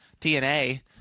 TNA